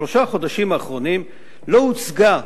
בשלושה החודשים האחרונים היא לא הוצגה.